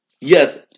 yes